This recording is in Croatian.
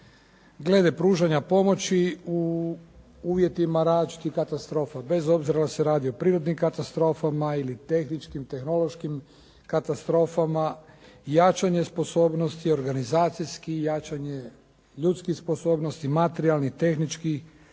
glede pružanja pomoći u uvjetima različitih katastrofa, bez obzira dali se radi o prirodnim katastrofama ili tehničkim, tehnološkim katastrofama, jačanje sposobnosti, organizacijski jačanje ljudskih sposobnosti, materijalnih, tehničkih,